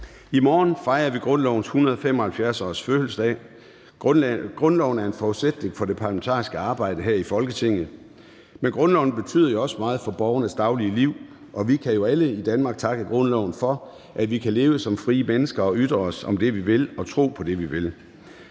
I morgen fejrer vi grundlovens 175-årsfødselsdag. Grundloven er en forudsætning for det parlamentariske arbejde her i Folketinget. Men grundloven betyder også meget for borgernes daglige liv, og vi kan jo alle i Danmark takke grundloven for, at vi kan leve som frie mennesker og ytre os om det, vi vil, og tro på det, vi vil.